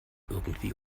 irgendwie